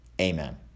amen